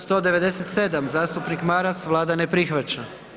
197. zastupnik Maras, Vlada ne prihvaća.